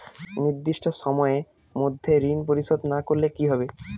নির্দিষ্ট সময়ে মধ্যে ঋণ পরিশোধ না করলে কি হবে?